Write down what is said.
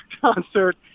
concert